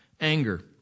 anger